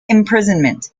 imprisonment